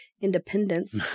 independence